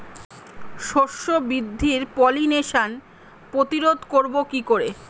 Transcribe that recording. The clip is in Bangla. শস্য বৃদ্ধির পলিনেশান প্রতিরোধ করব কি করে?